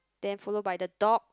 then followed by the dog